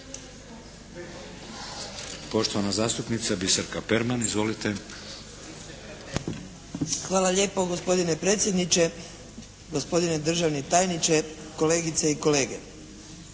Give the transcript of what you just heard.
Poštovana zastupnica Biserka Perman. Izvolite. **Perman, Biserka (SDP)** Hvala lijepa gospodine predsjedniče. Gospodine državni tajniče, kolegice i kolege.